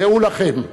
דעו לכם,